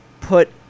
put –